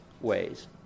ways